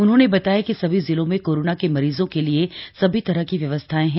उन्होंने बताया कि सभी जिलों में कोरोना के मरीजो के लिए सभी तरह की व्यवस्थाएं हैं